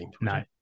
No